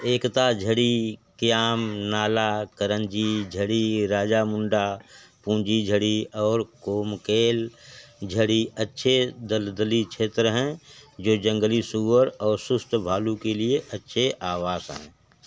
एकता झड़ी क्याम नाला करंजी झड़ी राजामुंडा पुंजी झड़ी और कोमकेल झड़ी अच्छे दलदली क्षेत्र हैं जो जंगली सूअर और सुस्त भालू के लिए अच्छे आवास हैं